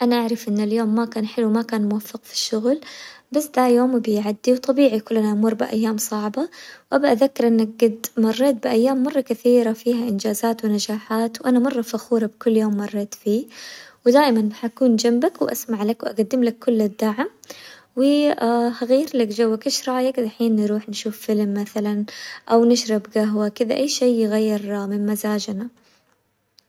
أنا أعرف إن اليوم ما كان حلو ما كان موفق في الشغل بس دا يوم بيعدي وطبيعي كلنا نمر بأيام صعبة، وأبى أذكر إنك قد مريت بأيام مرة كثيرة فيها انجازات ونجاحات وأنا مرة فخورة بكل يوم مريت فيه، ودائما حكون جنبك واسمع لك وأقدم لك كل للدعم وهغير لك جوك، ايش رأيك دحين نروح نشوف فلم مثلا؟ أو نشرب قهوة كذا أي شي يغير من مزاجنا.